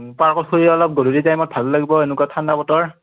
পাৰ্কত ফুৰি অলপ গধূলি টাইমত ভালো লাগিব এনেকুৱা ঠাণ্ডা বতৰ